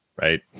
Right